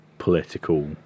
political